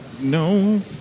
no